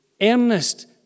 earnest